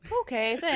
okay